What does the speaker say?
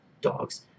dogs